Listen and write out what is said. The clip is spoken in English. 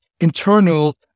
internal